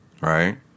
Right